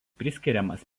priskiriamas